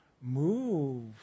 move